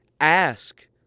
ask